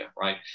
right